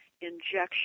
injection